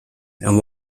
and